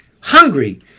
hungry